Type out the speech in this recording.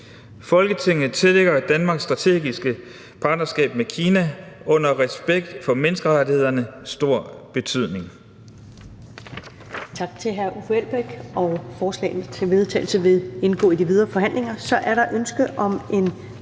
Folketinget tillægger Danmarks strategiske partnerskab med Kina, under respekt for menneskerettighederne, stor betydning.«